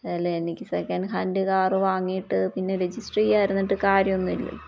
അല്ല എനിക്ക് second hand car വാങ്ങിയിട്ട് പിന്നെ രജിസ്റ്റർ ചെയ്യായിരുന്നിട്ട് കാര്യൊന്നുില്ല